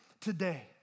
today